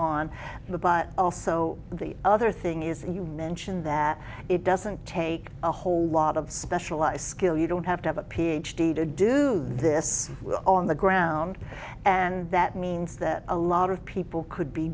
the but also the other thing is you mentioned that it doesn't take a whole lot of specialized skill you don't have to have a ph d to do this on the ground and that means that a lot of people could be